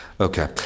Okay